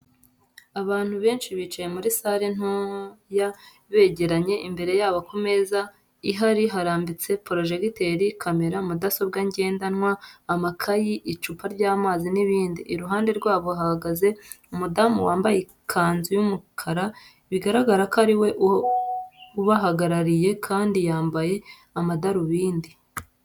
Abantu banshi bicaye muri sale ntoya begeranye, imbere yabo ku meza ihari harambitse porojegiteri, kamera, mudasobwa ngendanwa, amakayi, icupa ryamazi n'ibindi. Iruhande rwabo hahagaze umudamu wambaye ikanzi y'umukara bigaragara ko ari we ubahagarariye kandi yambaye amadarubindi.